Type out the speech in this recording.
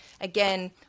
again